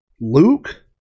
Luke